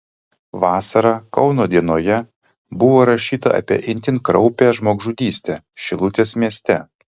vasarą kauno dienoje buvo rašyta apie itin kraupią žmogžudystę šilutės mieste